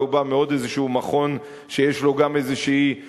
אולי הוא בא מעוד איזה מכון שיש לו גם איזו אג'נדה,